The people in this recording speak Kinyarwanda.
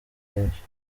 benshi